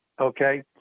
okay